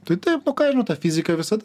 tai taip nu ką žinau ta fizika visada